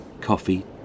coffee